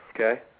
okay